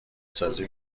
سازی